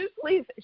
please